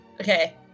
Okay